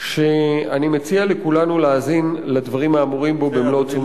שאני מציע לכולנו להאזין לדברים האמורים בו במלוא תשומת הלב.